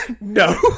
No